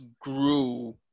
grew